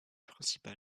principal